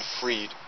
freed